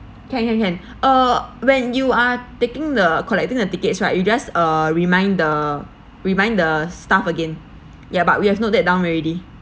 can can can uh when you are taking the collecting the tickets right you just uh remind the remind the staff again ya but we have note that down already